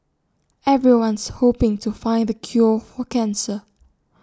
everyone's hoping to find the cure for cancer